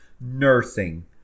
Nursing